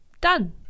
done